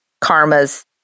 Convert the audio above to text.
karma's